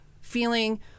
feeling